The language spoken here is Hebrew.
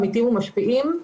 עמיתים ומשפיעים.